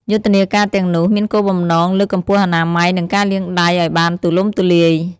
យុទ្ធនាការទាំងនោះ មានគោលបំណងលើកកម្ពស់អនាម័យ និងការលាងដៃឱ្យបានទូលំទូលាយ។